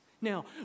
Now